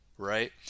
Right